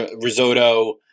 risotto